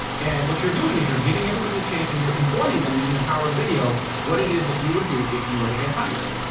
and what you're doing is you're giving everybody the chance and you're informing them using the power of video what it is that you would do if you were to get hired.